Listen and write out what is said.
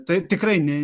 tai tikrai ne